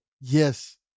Yes